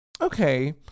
okay